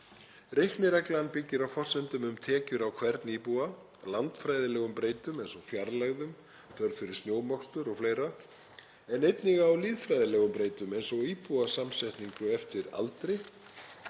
Reiknireglan byggir á forsendum um tekjur á hvern íbúa, landfræðilegum breytum eins og fjarlægðum, þörf fyrir snjómokstur o.fl., en einnig á lýðfræðilegum breytum eins og íbúasamsetningu eftir aldri